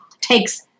takes